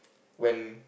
when